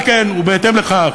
על כן ובהתאם לכך,